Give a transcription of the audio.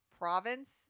province